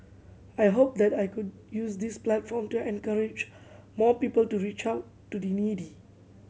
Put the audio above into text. I hope that I could use this platform to encourage more people to reach out to the needy